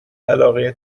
علاقه